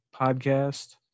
podcast